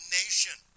nation